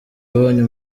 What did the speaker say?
yabonye